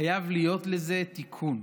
חייב להיות לזה תיקון.